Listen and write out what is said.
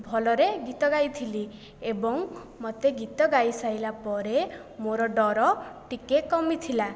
ଭଲରେ ଗୀତ ଗାଇଥିଲି ଏବଂ ମୋତେ ଗୀତ ଗାଇ ସାରିଲା ପରେ ମୋର ଡ଼ର ଟିକେ କମିଥିଲା